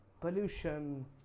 Pollution